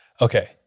Okay